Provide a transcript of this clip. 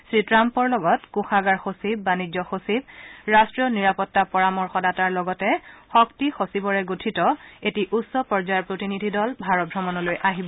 শ্ৰীটাম্পৰ লগত কোষাগাৰ সচিব বাণিজ্য সচিব ৰাষ্টীয় নিৰাপত্তা পৰামৰ্শদাতাৰ লগতে শক্তি সচিবৰে গঠিত এটি উচ্চ পৰ্যায়ৰ প্ৰতিনিধি দল ভাৰত ভ্ৰমণলৈ আহিব